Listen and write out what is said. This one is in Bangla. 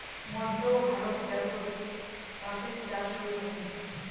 মধ্য ভারত দ্যাশোত বাঁশের চাষ হই থাকি